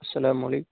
السلام علیکم